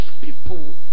people